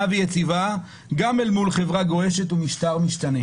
ויציבה גם אל מול חברה גועשת ומשטר משתנה."